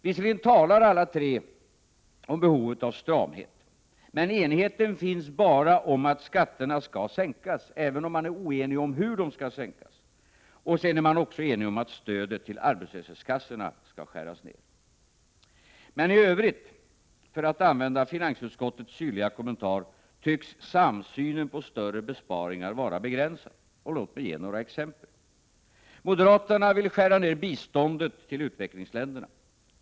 Alla tre talar visserligen om behovet av stramhet i finanspolitiken, men enigheten finns bara om att skatterna skall sänkas — även om de är oeniga om hur sänkningen skall gå till — och om att stödet till arbetslöshetskassorna skall skäras ned. I övrigt tycks ”samsynen på större besparingar vara begränsad”, för att använda finansutskottets syrliga kommentar. Låt mig ge några exempel. Moderaterna vill skära ned biståndet till u-länderna.